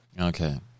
Okay